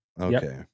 okay